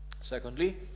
Secondly